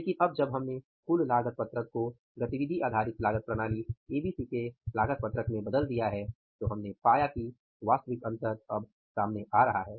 लेकिन अब जब हमने कुल लागत पत्रक को एबीसी लागत पत्रक में बदल दिया है तो हमने पाया कि वास्तविक अंतर सामने आ रहा है